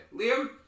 Liam